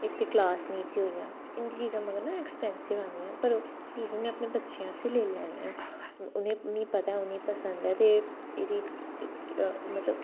इक ते क्लास मिकी होई गेआ इंदी चीजां मगर ना एक्सपेंसिव आंदियां पर फ्ही बी में अपने बच्चें आस्तै लेई लैन्नी आं उनेंई मीं पता ऐ उनेंईं पसंद ऐ ते एह् एहदे च मतलब